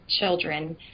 children